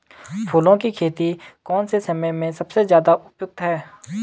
फूलों की खेती कौन से समय में सबसे ज़्यादा उपयुक्त है?